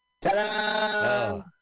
Ta-da